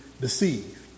deceived